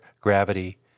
gravity